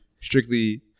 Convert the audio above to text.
strictly